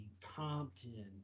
Compton